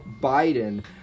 Biden